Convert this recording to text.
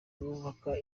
bubaka